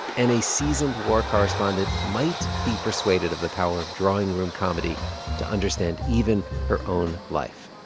and a seasoned war correspondent might be persuaded of the power of drawing room comedy to understand even her own life.